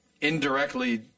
indirectly